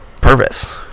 purpose